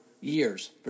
years